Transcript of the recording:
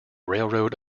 railroad